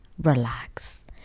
relax